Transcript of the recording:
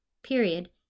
Period